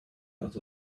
out